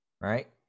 right